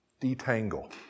detangle